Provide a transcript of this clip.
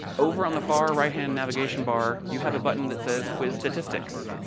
over on the far right hand navigation bar, you have a button that says quiz statistics.